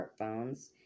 smartphones